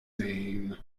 name